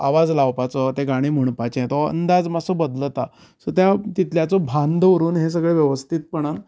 आवाज लावपाचो तें गाणे म्हणपाचे तो अंदाज मात्सो बदलता सो त्या तितल्याचो भान दवरून हे सगळे वेवस्थितपणान